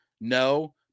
No